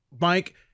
Mike